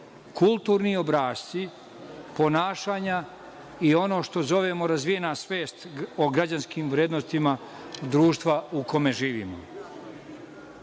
kulturni obrasci ponašanja i ono što zovemo – razvijena svest o građanskim vrednostima društva u kome živimo.U